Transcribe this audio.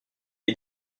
est